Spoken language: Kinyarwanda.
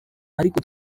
ariko